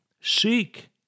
Seek